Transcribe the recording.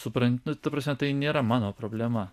suprantu ta prasme tai nėra mano problema